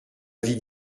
vie